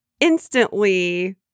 instantly